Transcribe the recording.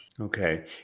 okay